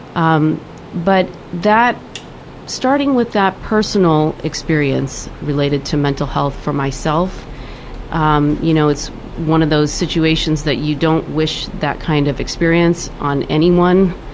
um but starting with that personal experience related to mental health for myself um you know it's one of those situations that you don't wish that kind of experience on anyone,